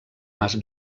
mas